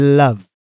love